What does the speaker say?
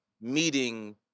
meeting